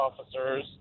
officers